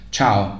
Ciao